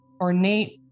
ornate